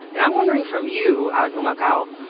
and i'm wondering from you, out in humacao,